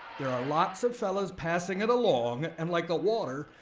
there are lots of fellas passing it along, and like the water,